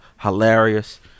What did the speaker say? hilarious